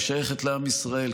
היא שייכת לעם ישראל.